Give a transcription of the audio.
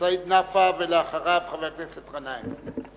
חבר הכנסת סעיד נפאע, ואחריו, חבר הכנסת גנאים.